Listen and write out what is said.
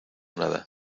nada